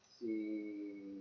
see